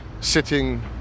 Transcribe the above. sitting